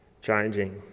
changing